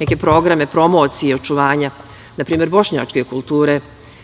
neke programe promocije i očuvanja npr. bošnjačke kulture